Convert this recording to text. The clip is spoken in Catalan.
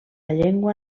llengua